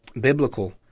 biblical